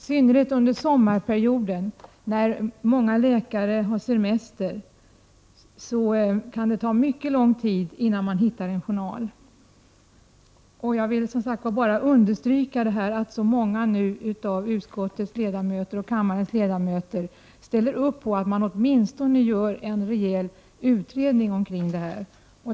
I synnerhet under sommarperioden, när många läkare har semester, kan det ta mycket lång tid innan man hittar en journal. Jag vill bara understryka att det är positivt att så många av utskottet och kammarens ledamöter nu ställer upp på att man åtminstone gör en rejäl utredning omkring detta.